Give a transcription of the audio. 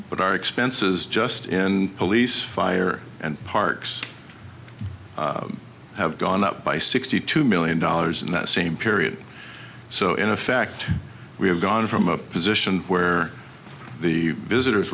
but our expenses just in police fire and parks have gone up by sixty two million dollars in that same period so in a fact we have gone from a position where the visitors